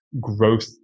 growth